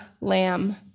lamb